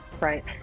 Right